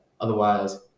Otherwise